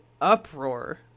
uproar